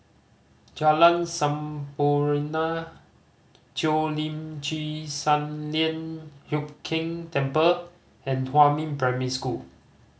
Jalan Sampurna Cheo Lim Chin Sun Lian Hup Keng Temple and Huamin Primary School